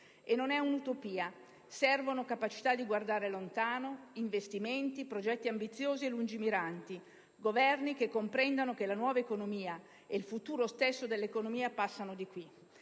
Non è un'utopia! Servono capacità di guardare lontano, investimenti, progetti ambiziosi e lungimiranti, Governi che comprendano che la nuova economia e il futuro stesso dell'economia passano di qui.